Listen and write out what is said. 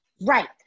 Right